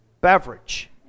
beverage